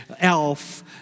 elf